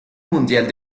mundial